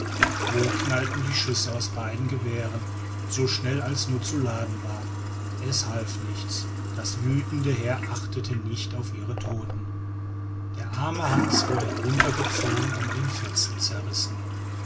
wohl knallten die schüsse aus beiden gewehren so schnell als nur zu laden war es half nichts das wütende heer achtete nicht auf ihre toten der arme hans wurde heruntergezogen und in fetzen zerrissen